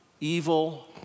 evil